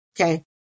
Okay